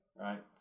right